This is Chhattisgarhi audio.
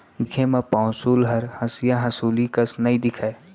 दिखे म पौंसुल हर हँसिया हँसुली कस नइ दिखय